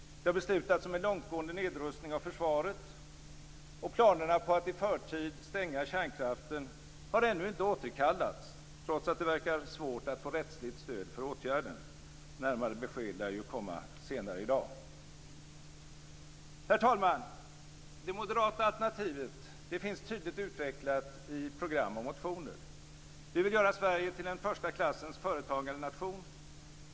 Det har beslutats om en långtgående nedrustning av försvaret. Och planerna på att i förtid stänga kärnkraften har ännu inte återkallats, trots att det verkar svårt att få rättsligt stöd för åtgärden. Närmare besked lär komma senare i dag. Herr talman! Det moderata alternativet finns tydligt utvecklat i program och motioner. Vi vill göra Sverige till en första klassens företagandenation.